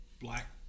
black